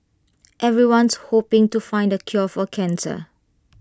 everyone's hoping to find the cure for cancer